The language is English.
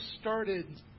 started